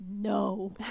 No